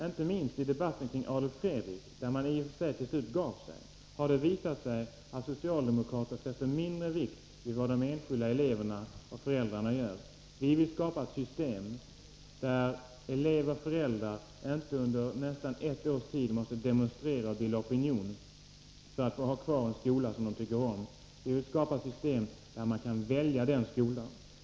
Inte minst i debatten om Adolf Fredriks skola, där socialdemokraterna till slut gav sig, visade det sig att socialdemokraterna fäster mindre vikt vid vad eleverna och föräldrarna önskar. Vi vill skapa ett system där inte elever och föräldrar under nästan ett års tid måste demonstrera och bilda opinion för att få behålla en skola som de tycker om. Vi vill skapa ett system, där man kan välja skola.